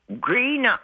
green